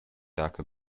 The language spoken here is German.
werke